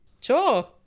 Sure